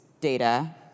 data